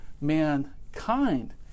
mankind